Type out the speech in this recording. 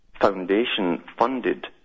foundation-funded